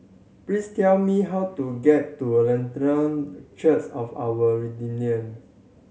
please tell me how to get to Church of Our